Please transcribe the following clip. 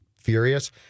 furious